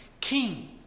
King